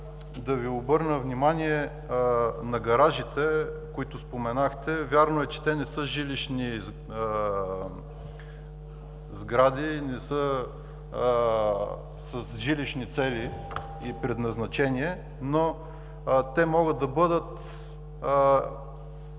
да Ви обърна внимание на гаражите, които споменахте. Вярно е, че те не са жилищни сгради, не са с жилищни цели и предназначение, но те могат да бъдат